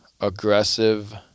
aggressive